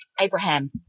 Abraham